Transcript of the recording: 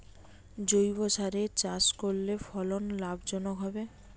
জৈবসারে চাষ করলে ফলন লাভজনক হবে?